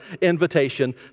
invitation